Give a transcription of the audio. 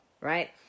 right